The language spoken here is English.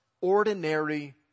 ordinary